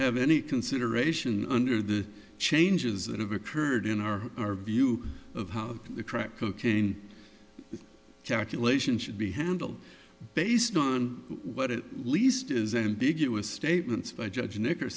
have any consideration under the changes that have occurred in our view of how the crack cocaine calculation should be handled based on what it least is ambiguous statements by judge ni